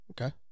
Okay